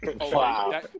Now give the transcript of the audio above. Wow